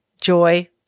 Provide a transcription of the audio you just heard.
joy